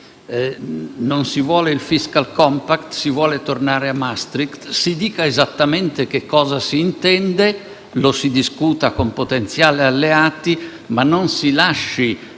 Non si vuole il *fiscal compact*? Si vuole tornare al Trattato di Maastricht? Si dica esattamente che cosa si intende, lo si discuta con i potenziali alleati, ma non si lasci